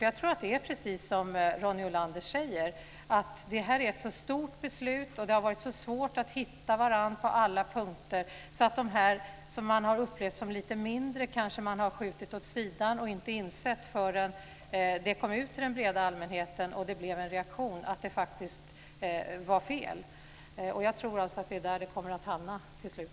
Jag tror att det är precis som Ronny Olander säger: Det här är ett stort beslut och det har varit svårt att hitta varandra på alla punkter. Det man har upplevt som lite mindre har man kanske skjutit åt sidan och inte insett att det faktiskt var fel förrän det kom ut till den breda allmänheten och det blev en reaktion. Jag tror att det är där det kommer att hamna till slut.